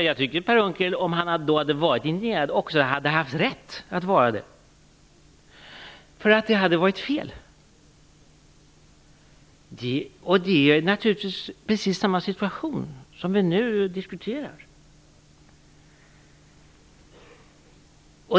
Tycker Per Unckel att han då hade haft rätt att vara indignerad? Det hade varit fel. Det är precis samma situation som vi nu diskuterar.